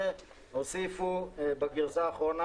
הם ייכנסו אוטומטית.